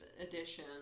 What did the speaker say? edition